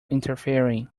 interfering